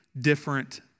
different